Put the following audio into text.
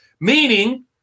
Meaning